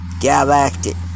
galactic